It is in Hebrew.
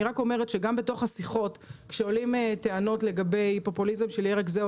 אני רק אומרת שגם בתוך השיחות כשעולים טענות לגבי פופוליזם של ירק זה,